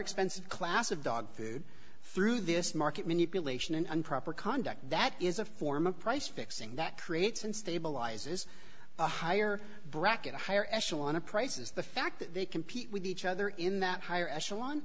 expensive class of dog food through this market manipulation and proper conduct that is a form of price fixing that creates an stabilizes a higher bracket a higher echelon of prices the fact that they compete with each other in that higher echelon